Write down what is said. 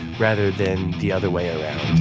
rather than the other way around.